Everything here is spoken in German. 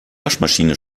waschmaschine